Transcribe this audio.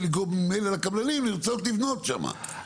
ולקבלנים לרצות לבנות שם.